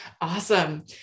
Awesome